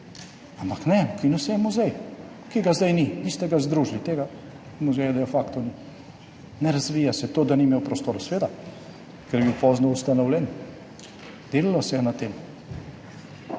Ampak ne, ukinil se je muzej, ki ga zdaj ni, niste ga združili, tega muzeja de facto ni, ne razvija se. To, da ni imel prostora. Seveda, ker je bil pozno ustanovljen. Delalo se je na tem.